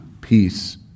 peace